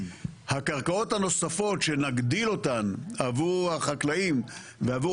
הקרקעות הנוספות שנגדיל אותן עבור החקלאים ועבור